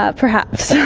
ah perhaps. ah